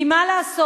כי מה לעשות,